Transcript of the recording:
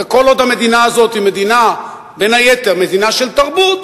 וכל עוד המדינה הזאת היא בין היתר מדינה של תרבות,